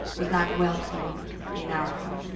was not welcome in our home